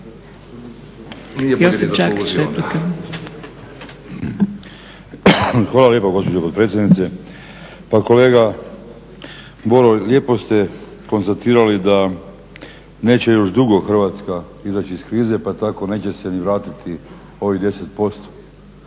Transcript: Hvala lijepo gospođo potpredsjednice. Pa kolega Boro, lijepo ste konstatirali da neće još dugo Hrvatska izaći iz krize pa tako neće se ni vratiti ovih